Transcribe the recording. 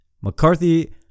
McCarthy